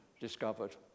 discovered